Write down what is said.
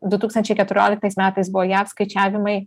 du tūkstančiai keturioliktais metais buvo jav skaičiavimai